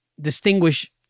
distinguish